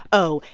oh,